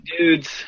dudes